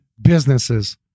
businesses